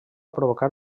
provocar